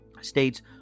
states